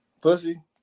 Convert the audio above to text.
Pussy